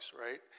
right